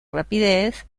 rapidez